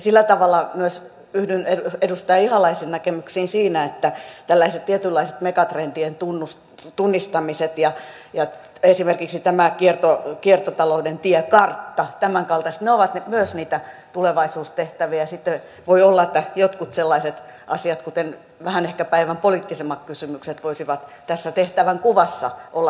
sillä tavalla myös yhdyn edustaja ihalaisen näkemyksiin siinä että tällaiset tietynlaiset megatrendien tunnistamiset ja esimerkiksi tämä kiertotalouden tiekartta tämänkaltaiset ovat myös niitä tulevaisuustehtäviä ja sitten voi olla että jotkut sellaiset asiat kuten vähän ehkä päivänpoliittisemmat kysymykset voisivat tässä tehtävänkuvassa olla hieman syrjemmällä